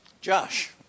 Josh